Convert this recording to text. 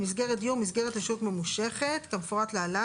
מסגרת דיור, מסגרת לשהות ממושכת כמפורט להלן.